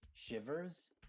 Shivers